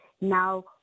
now